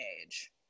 age